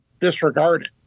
disregarded